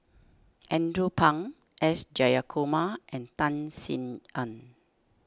Andrew Phang S Jayakumar and Tan Sin Aun